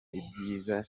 ibyiza